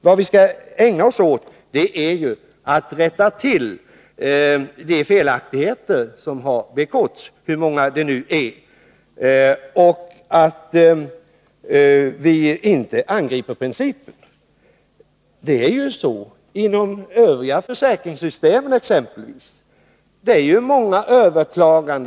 Vad vi skall ägna oss åt är att rätta till de felaktigheter som har begåtts och inte att angripa principen. Också inom övriga försäkringssystem förekommer många överklaganden.